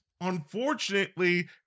unfortunately